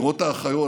לראות את האחיות,